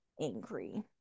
angry